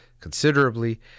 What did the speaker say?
considerably